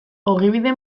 ogibide